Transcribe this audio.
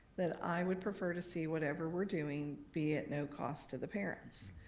that i would prefer to see whatever we're doing be at no cost to the parents